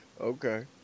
Okay